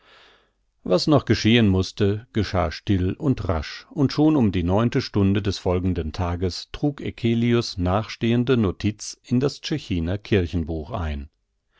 was noch geschehen mußte geschah still und rasch und schon um die neunte stunde des folgenden tages trug eccelius nachstehende notiz in das tschechiner kirchenbuch ein